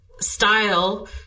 style